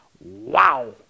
Wow